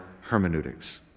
hermeneutics